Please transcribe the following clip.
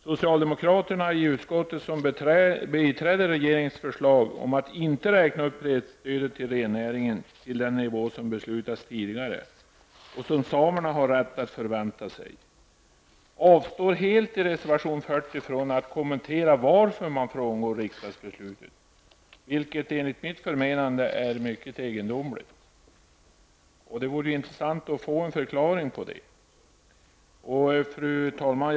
Socialdemokraterna i utskottet -- som biträder regeringens förslag om att inte räkna upp prisstödet till rennäringen till den nivå som tidigare beslutas och som samerna har rätt att vänta sig -- avstår i reservation 40 helt från att kommentera anledningen till att man frångår riksdagsbeslutet, vilket enligt mitt förmenande är mycket egendomligt. Det vore intressant att få en förklaring till det. Fru talman!